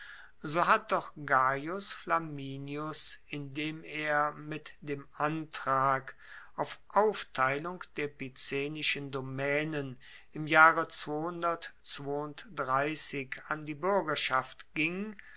so hat doch gaius flaminius indem er mit dem antrag auf aufteilung der picenischen domaenen im jahre an die buergerschaft ging